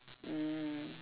mm